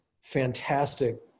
fantastic